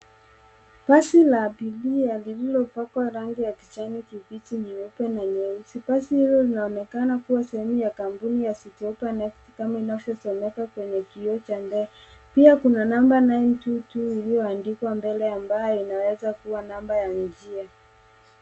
Basi la abiria lililopakwa rangi ya kijani kibichi ni nyeupe na nyeusi. Basi hilo linaonekana kuwa sehemu ya kampuni ya Citi hoppa inachosomeka kwenye kioo cha mbele. Pia kuna namba 922 iliyoandikwa mbele ambaye inaweza kuwa namba ya njia.